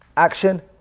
action